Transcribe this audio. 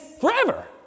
forever